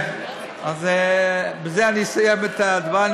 בזה אני אסיים את דברי.